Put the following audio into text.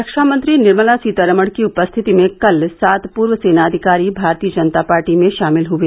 रक्षामंत्री निर्मला सीतारामन की उपस्थिति में कल सात पूर्व सेना अधिकारी भारतीय जनता पार्टी में शामिल हुए